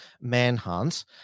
manhunt